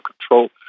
control